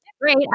great